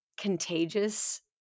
contagious